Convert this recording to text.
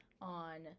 on